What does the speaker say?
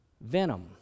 venom